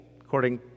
according